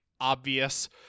obvious